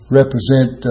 represent